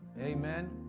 Amen